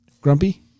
Grumpy